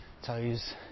toes